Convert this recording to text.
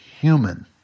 human